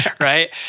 right